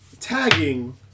tagging